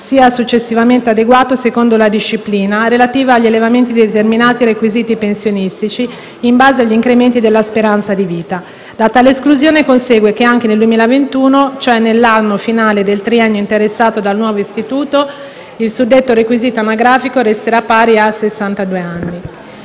sia successivamente adeguato secondo la disciplina relativa agli elevamenti di determinati requisiti pensionistici in base agli incrementi della speranza di vita. Da tale esclusione consegue che anche nel 2021, cioè nell'anno finale del triennio interessato dal nuovo istituto, il suddetto requisito anagrafico resterà pari a